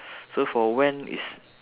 so for when is